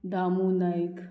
Damu Naik